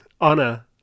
Anna